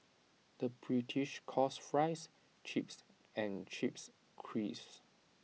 the British calls Fries Chips and Chips Crisps